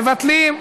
מבטלים.